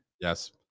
Yes